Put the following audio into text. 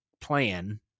plan